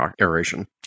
aeration